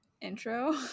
intro